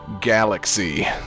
galaxy